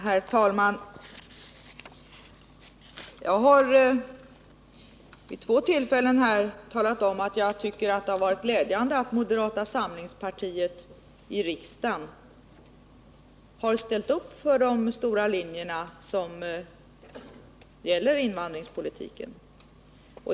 Herr talman! Jag har vid två tillfällen talat om att jag tycker att det är glädjande att moderata samlingspartiet i riksdagen har ställt upp för de stora linjerna som gäller i invandringspolitiken.